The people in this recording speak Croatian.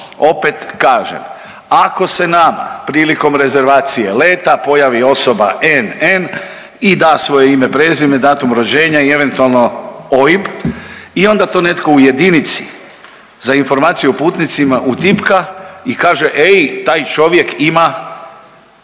opet kažem, ako se nama prilikom rezervacije leta pojavi osoba NN i da svoje ime i prezime, datum rođenja i eventualno OIB i onda to netko u Jedinici za informaciju o putnicima utipka i kaže ej taj čovjek ima